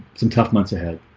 some tough months ahead